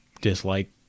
dislike